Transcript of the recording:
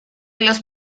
los